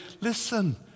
Listen